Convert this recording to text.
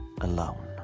alone